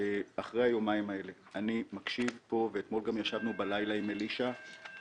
ביומיים האלה אני מקשיב פה ואתמול גם ישבנו בלילה עם אלישע,